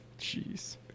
Jeez